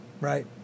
Right